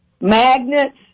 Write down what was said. magnets